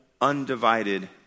undivided